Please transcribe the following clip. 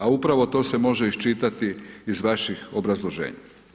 A upravo to se može iščitati iz vaših obrazloženja.